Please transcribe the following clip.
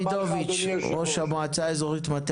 נציג הקיבוץ הדתי מיכאל